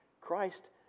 Christ